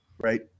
right